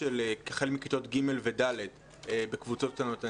של החל מכיתות ג' ו-ד' בקבוצות קטנות.